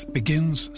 begins